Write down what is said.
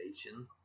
Station